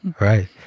right